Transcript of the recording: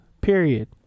Period